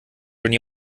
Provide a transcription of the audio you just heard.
schon